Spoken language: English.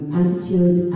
attitude